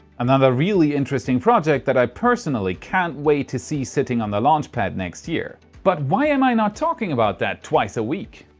another really interesting project that i personally can't wait to see sitting on a launch pad next year. but why am i not talking about that twice a week?